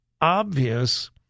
obvious